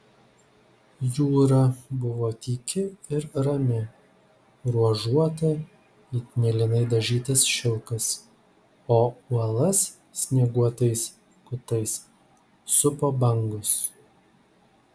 jūra buvo tyki ir rami ruožuota it mėlynai dažytas šilkas o uolas snieguotais kutais supo bangos